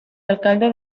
alcalde